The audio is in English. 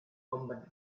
combat